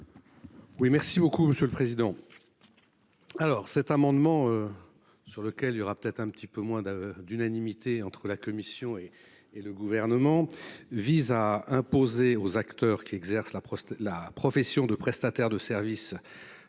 Oui, merci beaucoup monsieur le président. Alors cet amendement. Sur lequel il y aura peut-être un petit peu moins de d'unanimité entre la Commission et et le gouvernement vise à imposer aux acteurs qui exerce la Poste la profession de prestataires de services sur actifs